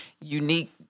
unique